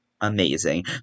amazing